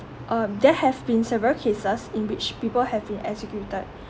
um there have been several cases in which people have been executed